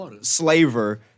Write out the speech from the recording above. slaver